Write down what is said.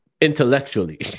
intellectually